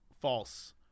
false